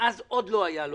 ואז עוד לא היה לו